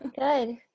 Good